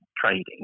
trading